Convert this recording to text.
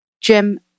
Jim